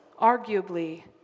arguably